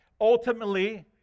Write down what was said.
ultimately